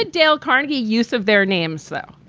ah dale carnegie. use of their names, though.